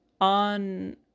On